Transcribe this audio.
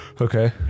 Okay